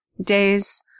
days